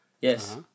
Yes